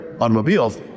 automobiles